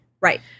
right